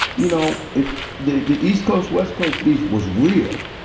you know, if the the east coast, west coast beef was real.